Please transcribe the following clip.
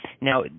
now